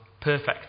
perfect